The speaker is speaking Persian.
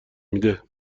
میده